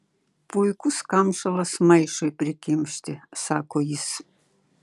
puikus kamšalas maišui prikimšti sako jis